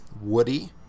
Woody